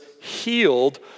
healed